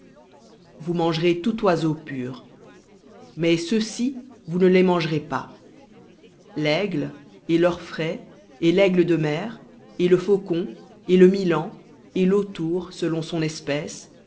vous mangerez tout oiseau pur mais ceux-ci vous ne les mangerez pas l'aigle et l'orfraie et l'aigle de mer et le faucon et le milan et l'autour selon son espèce